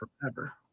forever